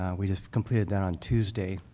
we just completed that on tuesday.